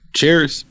Cheers